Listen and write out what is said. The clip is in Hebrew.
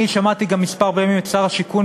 אני שמעתי גם כמה פעמים את שר השיכון